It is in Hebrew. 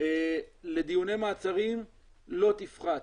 לדיוני מעצרים לא תפחת.